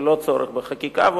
ללא צורך בחקיקה,